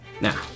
Now